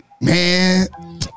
Man